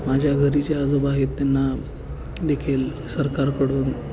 माझ्या घरी जे आजोबा आहेत त्यांना देखील सरकारकडून